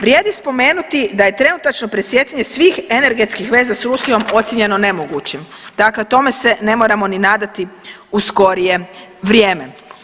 Vrijedi spomenuti da je trenutačno presijecanje svih energetskih veza s Rusijom ocijenjeno nemogućim, dakle tome se ne moramo ni nadati u skorije vrijeme.